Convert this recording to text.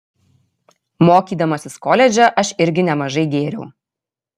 mokydamasis koledže aš irgi nemažai gėriau